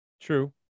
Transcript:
True